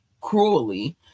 cruelly